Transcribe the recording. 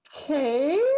Okay